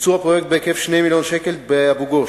ביצוע פרויקט בהיקף של 2 מיליוני שקלים באבו-גוש,